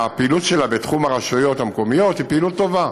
הפעילות שלה בתחום הרשויות המקומיות היא פעילות טובה,